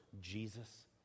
Jesus